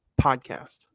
Podcast